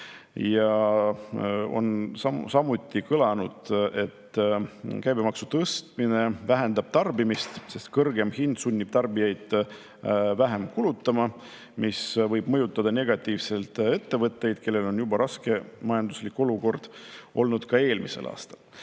Samuti on kõlanud, et käibemaksu tõstmine vähendab tarbimist, sest kõrgem hind sunnib tarbijaid vähem kulutama, mis võib negatiivselt mõjutada ettevõtteid, kellel oli raske majanduslik olukord juba eelmisel aastal.